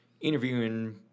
interviewing